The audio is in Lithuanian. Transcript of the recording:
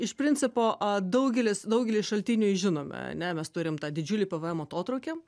iš principo daugelis daugelis šaltinių žinome ane mes turim tą didžiulį pvm atotrūkį